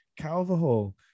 Calverhall